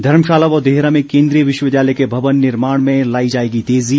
धर्मशाला व देहरा में केन्द्रीय विश्वविद्यालय के भवन निर्माण में लाई जाएगी तेज़ी